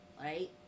right